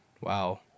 Wow